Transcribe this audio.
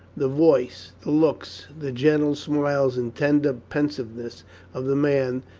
the voice, the looks, the gentle smiles and tender pensiveness of the man,